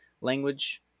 language